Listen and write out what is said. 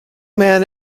men